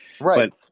Right